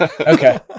Okay